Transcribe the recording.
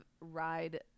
ride